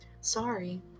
sorry